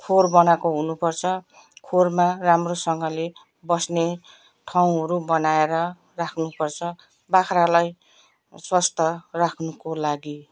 खोर बनाएको हुनु पर्छ खोरमा राम्रोसँगले बस्ने ठाउँहरू बनाएर राख्नु पर्छ बाख्रालाई स्वास्थ्य राख्नुको लागि